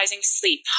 sleep